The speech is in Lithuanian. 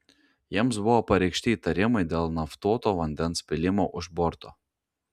jiems buvo pareikšti įtarimai dėl naftuoto vandens pylimo už borto